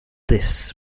this